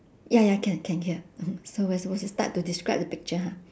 ya ya can can hear so we are supposed to start to describe the picture ha